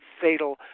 fatal